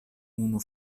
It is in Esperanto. unu